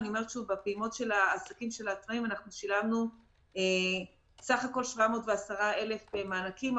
בפעימות של העסקים של העצמאיים אנחנו שילמנו בסך הכול 710,000 מענקים,